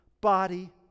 body